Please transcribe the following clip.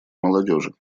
молодежи